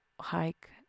hike